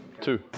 Two